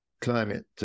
climate